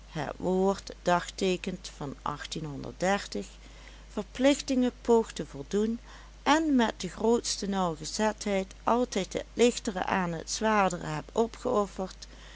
het woord dagteekent van verplichtingen poogt te voldoen en met de grootste nauwgezetheid altijd het lichtere aan het zwaardere hebt opgeofferd